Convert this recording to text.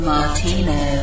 Martino